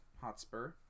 Hotspur